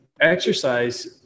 exercise